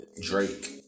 Drake